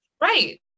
right